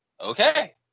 Okay